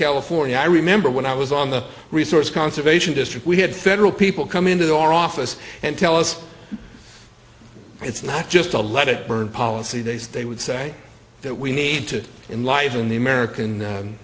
california i remember when i was on the resource conservation district we had federal people come into our office and tell us it's not just a let it burn policy they say they would say that we need to in life in the american